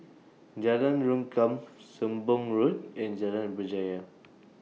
Jalan Rengkam Sembong Road and Jalan Berjaya